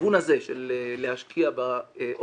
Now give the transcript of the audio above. הכיוון הזה של להשקיע בעורף